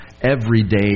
everyday